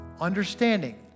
Understanding